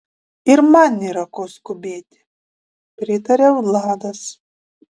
ir man nėra ko skubėti pritaria vladas